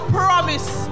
promise